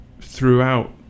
throughout